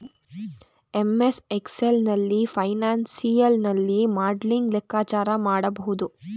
MS Excel ನಲ್ಲಿ financial ನಲ್ಲಿ modelling ಲೆಕ್ಕಾಚಾರ ಮಾಡಬಹುದು